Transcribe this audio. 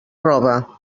roba